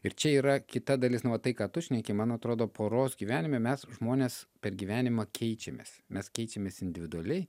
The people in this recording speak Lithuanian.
ir čia yra kita dalis nu va tai ką tu šneki man atrodo poros gyvenime mes žmonės per gyvenimą keičiamės mes keičiamės individualiai